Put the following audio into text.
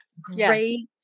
Great